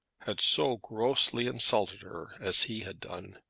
had so grossly insulted her, as he had done.